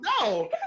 no